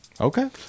Okay